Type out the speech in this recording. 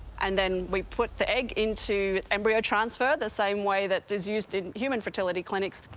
and then we put the egg into embryo transfer the same way that is used in human fertility clinics.